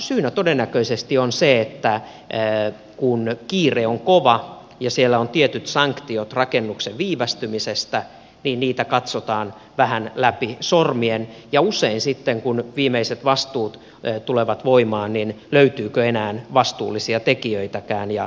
syynä todennäköisesti on se että kun kiire on kova ja siellä on tietyt sanktiot rakennuksen viivästymisestä niin niitä katsotaan vähän läpi sormien ja usein sitten kun viimeiset vastuut tulevat voimaan ei ole varmaa löytyykö enää vastuullisia tekijöitäkään